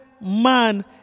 man